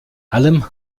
allem